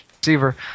receiver